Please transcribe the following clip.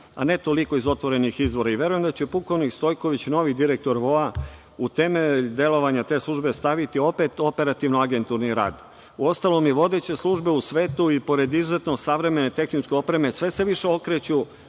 a ne toliko iz otvorenih izvora i verujem da će pukovnik Stojković, novi direktor VOA u temelj delovanja te službe staviti opet operativno agenturni rad. Uostalom, i vodeće službe u svetu i pored izuzetno savremene tehničke opreme sve se više okreću